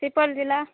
सुपौल ज़िला